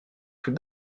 plus